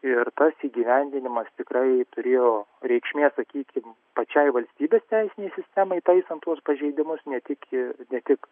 ir tas įgyvendinimas tikrai turėjo reikšmės sakykim pačiai valstybės teisinei sistemai taisant tuos pažeidimus ne tik i ne tik